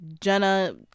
Jenna